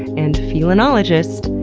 and felinologist,